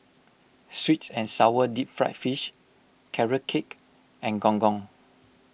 Sweet and Sour Deep Fried Fish Carrot Cake and Gong Gong